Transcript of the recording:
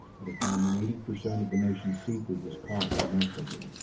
at a time when eighty percent of the nation's seafood was caught domestically.